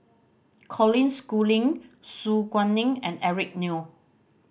Colin Schooling Su Guaning and Eric Neo